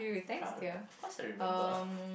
pro~ of course I remember